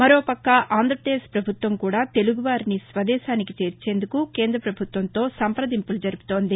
మరోపక్క ఆంధ్రాపదేశ్ ప్రభుత్వం కూడా తెలుగువారిని స్వదేశానికి చేర్చేందుకు కేంద్ర ప్రభుత్వంతో సంప్రదింపులు జరుపుతోంది